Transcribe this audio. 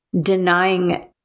denying